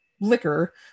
liquor